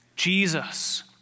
Jesus